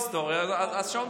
אז השעון צריך להיעצר.